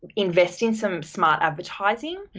invest in some smart advertising.